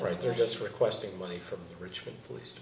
right there just requesting money from richmond police